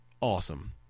awesome